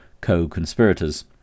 co-conspirators